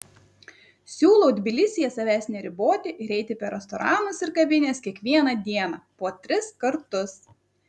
siūlau tbilisyje savęs neriboti ir eiti per restoranus ir kavines kiekvieną dieną po tris kartus